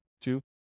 Two